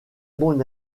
bon